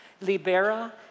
Libera